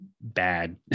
bad